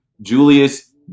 Julius